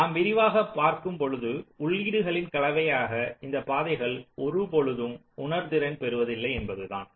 நாம் விரிவாக பார்க்கும் பொழுது உள்ளீடுகளின் கலவையாக இந்தப் பாதைகள் ஒருபொழுதும் உணர்திறன் பெறுவதில்லை என்பதுதான்